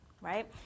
right